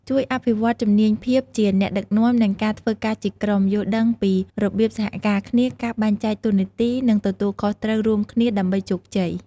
ជួយអភិវឌ្ឍជំនាញភាពជាអ្នកដឹកនាំ និងការធ្វើការជាក្រុម យល់ដឹងពីរបៀបសហការគ្នា ការបែងចែកតួនាទី និងទទួលខុសត្រូវរួមគ្នាដើម្បីជោគជ័យ។